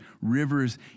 rivers